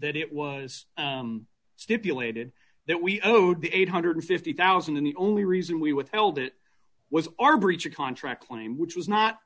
that it was stipulated that we owed the eight hundred and fifty thousand dollars and the only reason we withheld it was our breach of contract claim which was not